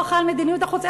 ההוא אחראי למדיניות החוץ,